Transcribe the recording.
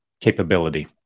capability